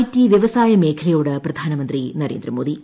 T വ്യവസായ മേഖലയോട് പ്രധാനമന്ത്രി നരേന്ദ്ര മോദി